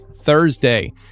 Thursday